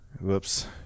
Whoops